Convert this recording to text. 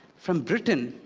from britain,